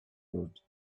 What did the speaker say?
road